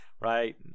right